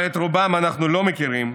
אבל את רובם אנחנו לא מכירים,